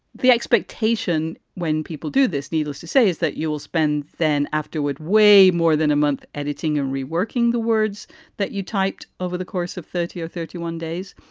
the expectation when people do this, needless to say, is that you will spend. then afterward, way more than a month editing and reworking the words that you typed over the course of thirty or thirty one days.